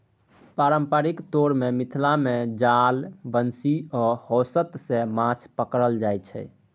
पारंपरिक तौर मे मिथिला मे जाल, बंशी आ सोहथ सँ माछ पकरल जाइ छै